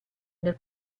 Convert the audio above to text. nel